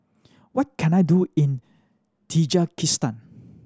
what can I do in Tajikistan